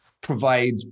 provide